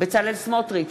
בצלאל סמוטריץ,